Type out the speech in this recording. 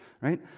right